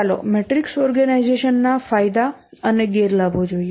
ચાલો matrix organization ના ફાયદા અને ગેરલાભો જોઈએ